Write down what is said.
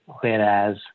Whereas